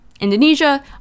indonesia